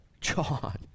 John